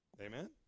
Amen